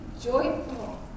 joyful